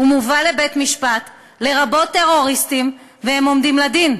הוא מובא לבית-משפט, לרבות טרוריסטים, ועומד לדין.